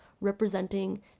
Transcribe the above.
representing